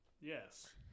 yes